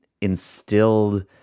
instilled